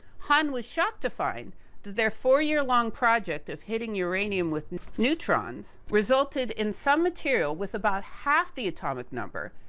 hahn was shocked to find, that their four year long project of hitting uranium with neutrons, resulted in some material with about half the atomic number,